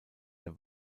der